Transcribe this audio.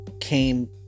came